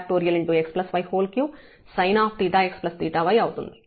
x y3sin𝜃x 𝜃y అవుతుంది